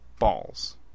balls